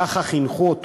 ככה חינכו אותו.